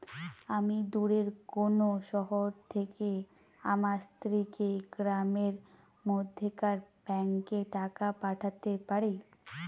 আমি দূরের কোনো শহর থেকে আমার স্ত্রীকে গ্রামের মধ্যেকার ব্যাংকে টাকা পাঠাতে পারি?